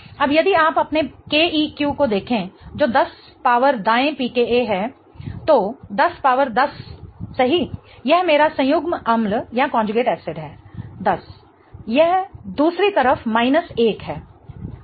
अब यदि आप अपने Keq को देखें जो 10 पावर दाएं pKa है तो 10 पावर 10 सही यह मेरा संयुग्म एसिडअम्ल है 10 यह दूसरी तरफ माइनस 1 है